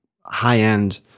high-end